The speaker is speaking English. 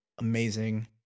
amazing